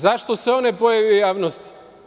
Zašto se on ne pojavi u javnosti?